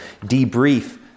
debrief